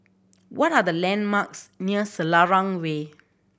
what are the landmarks near Selarang Way